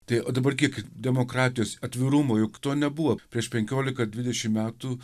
tai o dabar kiek demokratijos atvirumo juk to nebuvo prieš penkiolika dvidešimt metų